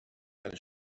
eine